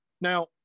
Now